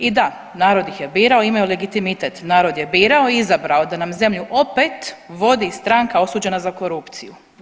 I da, narod ih je birao i imaju legitimitet, narod je birao i izabrao da nam zemlju opet vodi stranka osuđena za korupciju.